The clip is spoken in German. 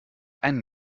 einen